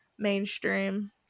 mainstream